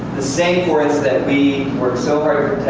same forests that we work so hard